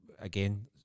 again